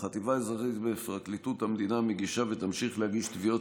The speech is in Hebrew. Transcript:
החטיבה האזרחית בפרקליטות המדינה מגישה ותמשיך להגיש תביעות